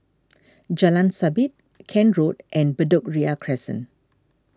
Jalan Sabit Kent Road and Bedok Ria Crescent